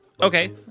Okay